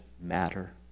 matter